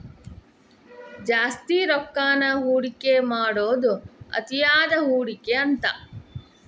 ಜಾಸ್ತಿ ರೊಕ್ಕಾನ ಹೂಡಿಕೆ ಮಾಡೋದ್ ಅತಿಯಾದ ಹೂಡಿಕೆ ಅಂತ